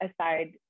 aside